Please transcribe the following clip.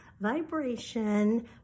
vibration